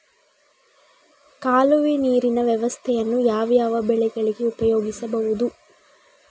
ಕಾಲುವೆ ನೀರಿನ ವ್ಯವಸ್ಥೆಯನ್ನು ಯಾವ್ಯಾವ ಬೆಳೆಗಳಿಗೆ ಉಪಯೋಗಿಸಬಹುದು?